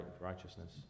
righteousness